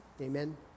Amen